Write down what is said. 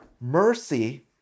Mercy